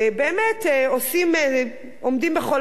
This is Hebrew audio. ובאמת עומדים בכל המצוות.